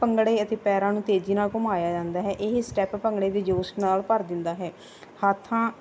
ਭੰਗੜੇ ਅਤੇ ਪੈਰਾਂ ਨੂੰ ਤੇਜ਼ੀ ਨਾਲ ਘੁਮਾਇਆ ਜਾਂਦਾ ਹੈ ਇਹ ਸਟੈਪ ਭੰਗੜੇ ਦੀ ਜੋਸ਼ ਨਾਲ ਭਰ ਦਿੰਦਾ ਹੈ ਹੱਥਾਂ